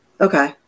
Okay